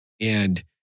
And-